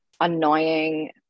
annoying